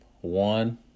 One